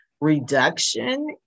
Reduction